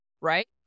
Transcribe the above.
right